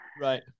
Right